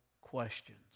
questions